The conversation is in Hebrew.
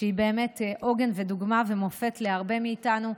שהיא באמת עוגן ודוגמה ומופת להרבה מאיתנו.